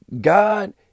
God